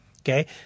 Okay